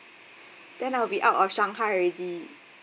then I'll be out of shanghai already